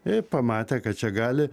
ir pamatė kad čia gali